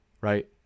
right